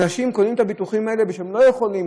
אנשים קונים את הביטוחים האלה כי הם לא יכולים,